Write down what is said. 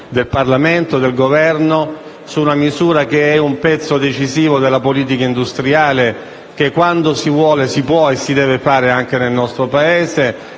del Parlamento e del Governo su una misura decisiva di politica industriale, che quando si vuole si può e si deve fare anche nel nostro Paese